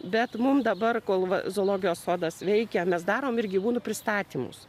bet mum dabar kol va zoologijos sodas veikia mes darom ir gyvūnų pristatymus